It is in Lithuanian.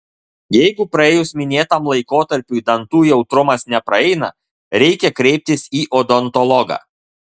jeigu praėjus minėtam laikotarpiui dantų jautrumas nepraeina reikia kreiptis į odontologą